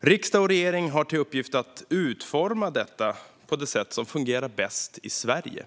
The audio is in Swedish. Riksdag och regering har till uppgift att utforma detta på det sätt som fungerar bäst i Sverige.